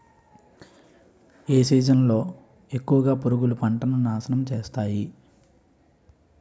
ఏ season లో ఎక్కువుగా పురుగులు పంటను నాశనం చేస్తాయి?